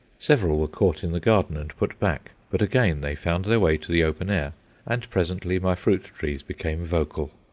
several were caught in the garden and put back, but again they found their way to the open-air and presently my fruit-trees became vocal.